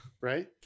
right